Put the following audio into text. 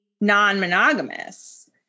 non-monogamous